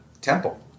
temple